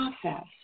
process